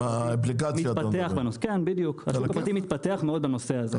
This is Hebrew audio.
השוק הפרטי מתפתח בנושא, מאוד מתפתח בנושא הזה.